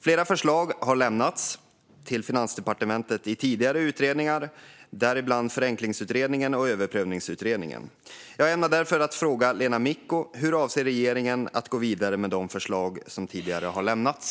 Flera förslag har lämnats till Finansdepartementet i tidigare utredningar, däribland Förenklingsutredningen och Överprövningsutredningen. Jag vill därför fråga Lena Micko hur regeringen avser att gå vidare med de förslag som tidigare har lämnats.